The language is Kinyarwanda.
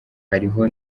hariho